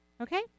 okay